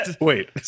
Wait